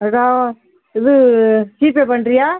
hello இது GPay பண்ணுறியா